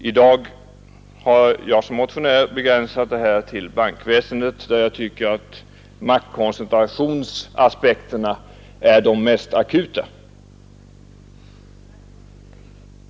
I dag har jag som motionär begränsat mig till bankväsendet, där jag tycker att maktkoncentrationsproblemen är mest akuta.